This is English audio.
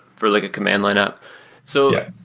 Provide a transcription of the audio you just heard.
for like a command line app so yeah.